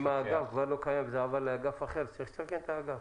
אם האגף לא קיים וזה עבר לאגף אחר צריך לתקן את האגף.